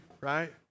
right